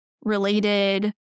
related